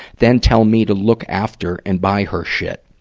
then tell me to look after and buy her shit.